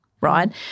right